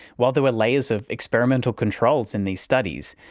while there were layers of experimental controls in these studies,